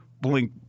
blink